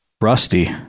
Rusty